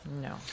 No